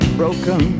broken